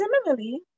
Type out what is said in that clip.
Similarly